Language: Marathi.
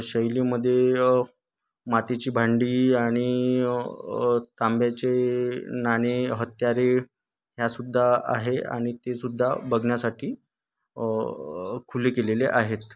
शैलीमध्ये मातीची भांडी आणि तांब्याचे नाणी हत्यारे ह्या सुद्धा आहे आणि ते सुद्धा बघण्यासाठी खुले केलेले आहेत